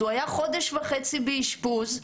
באשפוז, הוא היה חודש וחצי באשפוז,